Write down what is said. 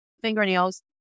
fingernails